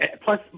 plus